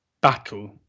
battle